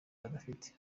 badafite